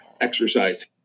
exercise